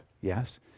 yes